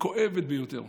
כואבת ביותר,